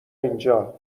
اینجا